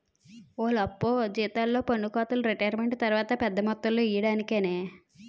ఓలప్పా జీతాల్లో పన్నుకోతలు రిటైరుమెంటు తర్వాత పెద్ద మొత్తంలో ఇయ్యడానికేనే